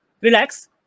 relax